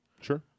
Sure